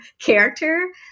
character